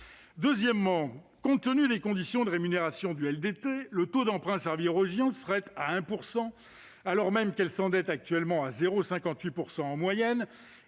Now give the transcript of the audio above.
Deuxièmement, compte tenu des conditions de rémunération du LDT, le taux d'emprunt servi aux régions serait proche de 1 %, alors même qu'elles s'endettent actuellement à 0,58 % en moyenne.